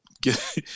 get